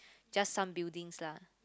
just some buildings lah